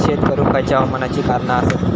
शेत करुक खयच्या हवामानाची कारणा आसत?